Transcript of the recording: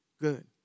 good